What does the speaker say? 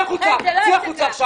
חן, זאת לא הצגה.